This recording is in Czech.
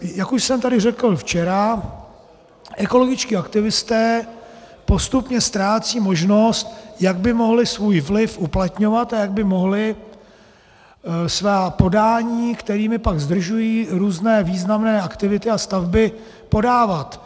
Jak už jsem tady řekl včera, ekologičtí aktivisté postupně ztrácejí možnost, jak by mohli svůj vliv uplatňovat a jak by mohli svá podání, kterými pak zdržují různé významné aktivity a stavby, podávat.